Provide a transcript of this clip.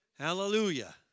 Hallelujah